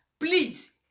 Please